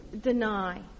deny